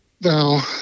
Now